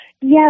Yes